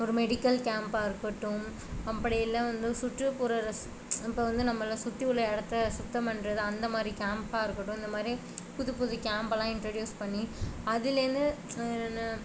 ஒரு மெடிக்கல் கேம்ப்பாக இருக்கட்டும் அப்படி இல்லை வந்து சுற்றுப்புற ரஸ் இப்போ வந்து நம்மளை சுற்றி உள்ள இடத்த சுத்தம் பண்ணுறது அந்த மாதிரி கேம்ப்பாக இருக்கட்டும் இந்த மாதிரி புது புது கேம்ப்பெலாம் இன்ட்டிடுயூஸ் பண்ணி அதிலேந்து என்ன